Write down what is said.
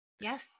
Yes